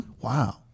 Wow